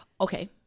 Okay